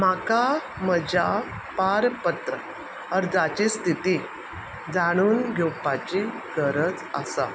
म्हाका म्हज्या पारपत्र अर्जाची स्थिती जाणून घेवपाची गरज आसा